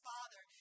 Father